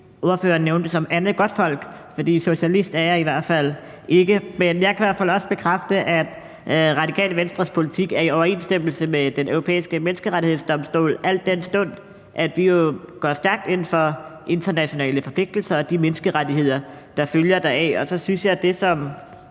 som ordføreren benævnte som »andet godtfolk«, for socialist er jeg i hvert fald ikke. Men jeg kan i hvert fald også bekræfte, at Radikale Venstres politik er i overensstemmelse med Den Europæiske Menneskerettighedsdomstol, al den stund at vi jo går stærkt ind for internationale forpligtelser og de menneskerettigheder, der følger deraf. Så synes jeg jo